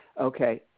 okay